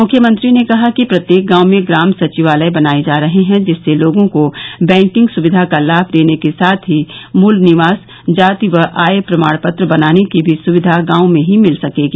मुख्यमंत्री ने कहा कि प्रत्येक गांव में ग्राम सचिवालय बनाये जा रहे हैं जिससे लोगों को बैकिंग सुविधा का लाभ देने के साथ ही मूल निवास जाति व आय प्रमाण पत्र बनाने की भी सुविधा गांव में ही मिल सकेगी